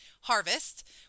harvest